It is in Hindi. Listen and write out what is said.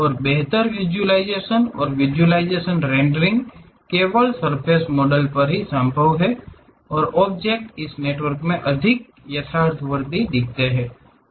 और बेहतर विज़ुअलाइज़ेशन और विज़ुअलाइज़ेशन और रेंडरिंग केवल सर्फ़ेस मॉडल पर संभव हैं और ऑब्जेक्ट इस नेटवर्क में अधिक यथार्थवादी दिखते हैं